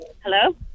Hello